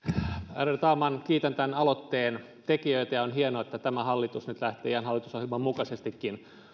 ärade talman kiitän tämän aloitteen tekijöitä on hienoa että tämä hallitus nyt lähtee ihan hallitusohjelman mukaisestikin